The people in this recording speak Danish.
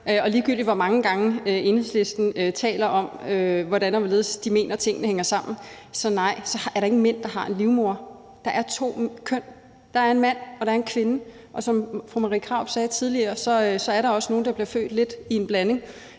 Og ligegyldigt hvor mange gange Enhedslisten taler om, hvordan og hvorledes de mener at tingene hænger sammen, så nej: Der er ingen mænd, der har en livmoder. Der er to køn; der er en mand, og der er en kvinde. Og som fru Marie Krarup sagde tidligere, er der også nogle, der bliver født som lidt en blanding.